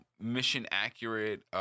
mission-accurate